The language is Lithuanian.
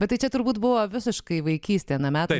bet tai čia turbūt buvo visiškai vaikystė ano meto